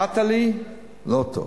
"נטלי" לא טוב,